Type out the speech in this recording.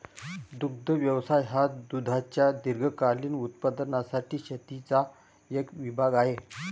दुग्ध व्यवसाय हा दुधाच्या दीर्घकालीन उत्पादनासाठी शेतीचा एक विभाग आहे